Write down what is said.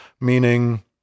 Meaning